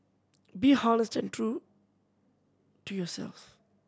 be honest and true to yourself